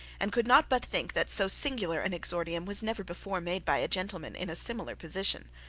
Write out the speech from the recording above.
and could not but think that so singular an exordium was never before made by a gentleman in a similar position.